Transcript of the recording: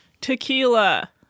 Tequila